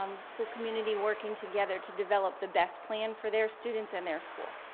um the school community working together to develop the best plan for their students and their school.